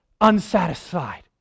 unsatisfied